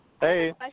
Hey